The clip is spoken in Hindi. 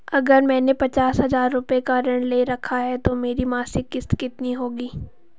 अगर मैंने पचास हज़ार रूपये का ऋण ले रखा है तो मेरी मासिक किश्त कितनी होगी?